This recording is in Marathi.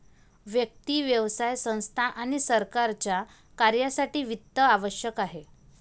व्यक्ती, व्यवसाय संस्था आणि सरकारच्या कार्यासाठी वित्त आवश्यक आहे